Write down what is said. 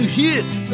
hits